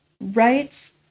rights